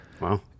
Wow